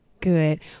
Good